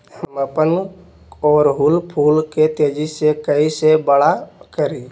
हम अपना ओरहूल फूल के तेजी से कई से बड़ा करी?